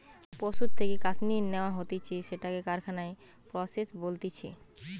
পশুর থেকে কাশ্মীর ন্যাওয়া হতিছে সেটাকে কারখানায় প্রসেস বলতিছে